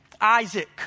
Isaac